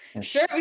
sure